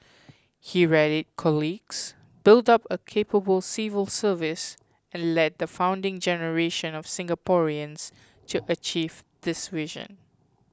he rallied colleagues built up a capable civil service and led the founding generation of Singaporeans to achieve this vision